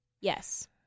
yes